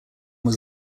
was